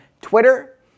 Twitter